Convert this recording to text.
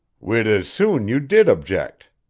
we'd as soon you did object.